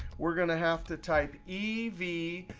we're going to have to type e v.